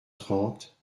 trente